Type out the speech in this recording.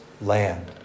land